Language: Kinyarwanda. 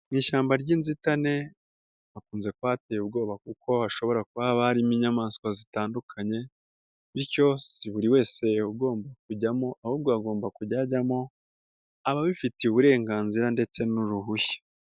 Mu ishyamba ry 'inzitane hakunze kuba hateye ubwoba kuko hashobora kuba haba harimo inyamaswa zitandukanye, bityo si buri wese ugomba kujyamo ahubwo hagomba kujya hajyamo ababifitiye uburenganzira ndetse n'uruhushya.